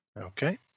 okay